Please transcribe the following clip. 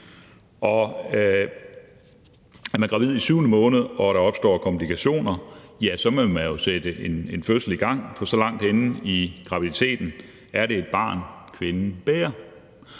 Og er man gravid i syvende måned og der opstår komplikationer, vil man jo sætte en fødsel i gang, for så langt henne i graviditeten er det et barn, kvinden bærer.